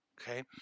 Okay